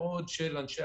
יובל, זה אומר שני דברים: